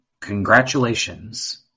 Congratulations